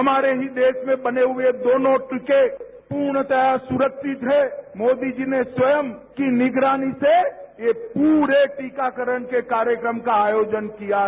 हमारे ही देश में बने हुए दोनों टीके पूर्णतरू सुरक्षित हैं मोदी जी ने स्वयं की निगरानी से ये पूरे टीकाकरण के कार्यक्रम का आयोजन किया है